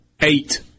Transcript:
eight